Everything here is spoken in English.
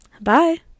bye